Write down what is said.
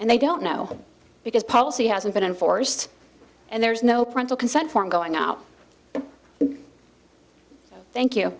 and they don't now because policy hasn't been enforced and there's no parental consent form going out thank you